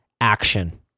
action